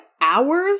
hours